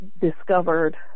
discovered